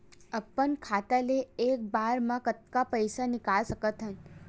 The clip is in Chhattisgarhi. अपन खाता ले एक बार मा कतका पईसा निकाल सकत हन?